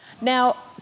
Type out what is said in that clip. Now